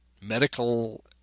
medical